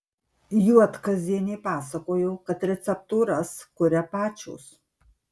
juodkazienė pasakojo kad receptūras kuria pačios